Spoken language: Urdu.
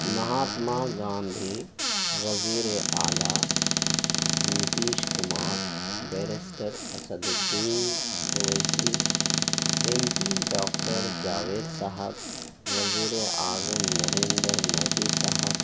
مہاتما گاندھی وزیر اعلیٰ Nitish Kumar barrister Asaduddin Owaisi M P doctor Javed صاحب وزیر اعظم نریندر مودی صاحب